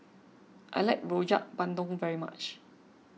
I like Rojak Bandung very much